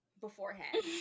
beforehand